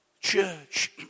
Church